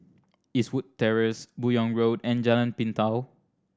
Eastwood Terrace Buyong Road and Jalan Pintau